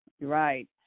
right